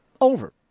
over